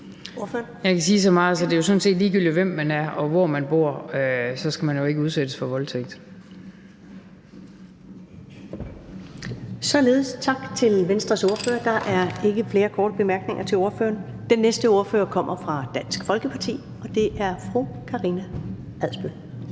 Jeg kan sige så meget, at det jo sådan set er ligegyldigt, hvem man er, og hvor man bor: Man skal man ikke udsættes for voldtægt. Kl. 12:20 Første næstformand (Karen Ellemann): Således tak til Venstres ordfører. Der er ikke flere korte bemærkninger til ordføreren. Den næste ordfører kommer fra Dansk Folkeparti, og det er fru Karina Adsbøl.